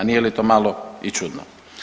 A nije li to malo i čudno?